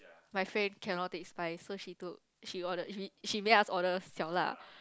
my friend cannot take spice so she took she ordered she made us order